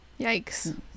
yikes